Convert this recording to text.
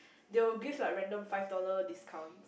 they will give like random five dollar discounts